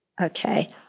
Okay